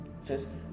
Says